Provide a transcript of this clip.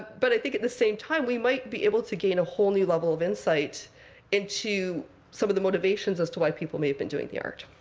but i think, at the same time, we might be able to gain a whole new level of insight into some of the motivations as to why people may have been doing the art.